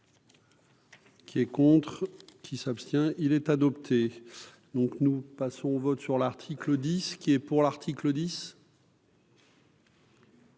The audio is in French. Qui est contre qui s'abstient, il est adopté, donc nous passons au vote sur l'article 10 qui est pour l'article 10.